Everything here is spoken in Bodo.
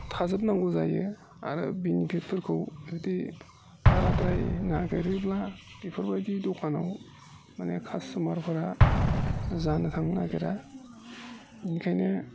थाजोबनांगौ जायो आरो बिनिफिटफोरखौ जुदि बाराद्राय नागिरोब्ला बेफोरबायदि दखानाव माने कास्टमारफोरा जानो थांनो नागिरा बेनिखायनो